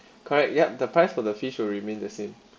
correct yup the price for the fish will remain the same